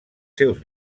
seus